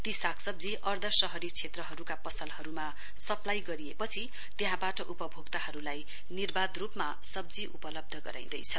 ती सागसब्जी अर्ध शहरी क्षेत्रहरूका पसलहरूमा सप्लाई गरिएपछि त्यहाँबाट उपभोक्ताहरूलाई निर्वाध रूपमा सब्जी उपलब्ध गराइँदैछ